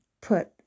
put